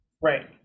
right